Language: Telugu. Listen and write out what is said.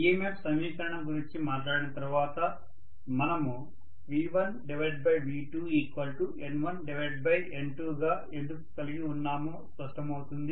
EMF సమీకరణం గురించి మాట్లాడిన తరువాత మనము V1V2N1N2 గా ఎందుకు కలిగి ఉన్నామో స్పష్టమవుతుంది